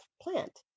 plant